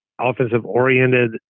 offensive-oriented